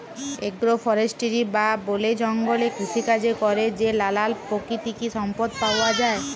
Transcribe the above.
agro forestry বা বলে জঙ্গলে কৃষিকাজে ক্যরে যে লালাল পাকিতিক সম্পদ পাউয়া যায়